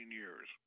years